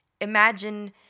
Imagine